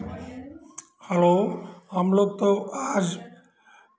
hello हमलोग तो आज